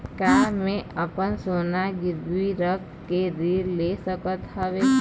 का मैं अपन सोना गिरवी रख के ऋण ले सकत हावे?